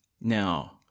Now